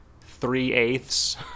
three-eighths